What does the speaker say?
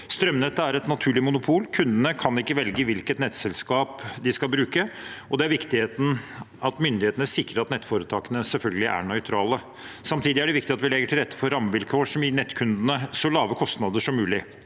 Strømnettet er et naturlig monopol, kundene kan ikke velge hvilket nettselskap de skal bruke, og det er viktig at myndighetene sikrer at nettforetakene selvfølgelig er nøytrale. Samtidig er det viktig at vi legger til rette for rammevilkår som gir nettkundene så lave kostnader som mulig.